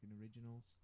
originals